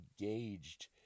engaged